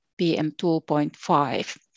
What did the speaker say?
PM2.5